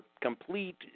complete